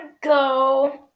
go